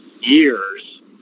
years